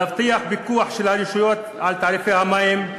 להבטיח פיקוח של הרשויות על תעריפי המים,